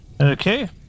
Okay